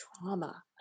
trauma